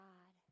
God